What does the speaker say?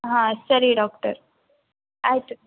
ಹಾಂ ಸರಿ ಡಾಕ್ಟರ್ ಆಯಿತು